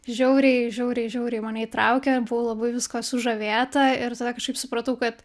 žiauriai žiauriai žiauriai mane įtraukė buvau labai viskuo sužavėta ir tada kažkaip supratau kad